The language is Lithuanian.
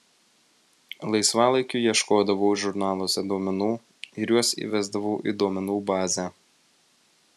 laisvalaikiu ieškodavau žurnaluose duomenų ir juos įvesdavau į duomenų bazę